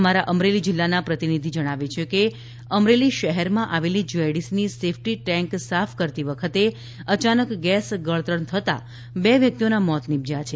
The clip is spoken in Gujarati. અમારા અમરેલીના પ્રતિનિધિના જણાવ્યા મુજબ અમરેલી શહેરમાં આવેલી જીઆઇડીસીની સેફટી ટેન્ક સાફ કરતી વખતે અચાનક ગેસ ગળતર થતા બે વ્યક્તિઓના મોત નિપજયા છે